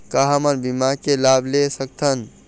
का हमन बीमा के लाभ ले सकथन?